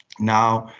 now,